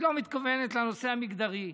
היא לא מתכוונת לנושא המגדרי.